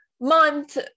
month